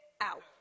out